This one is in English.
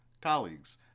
colleagues